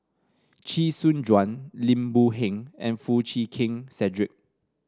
Chee Soon Juan Lim Boon Heng and Foo Chee Keng Cedric